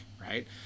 right